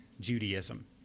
Judaism